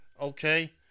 okay